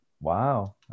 Wow